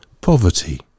Poverty